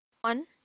One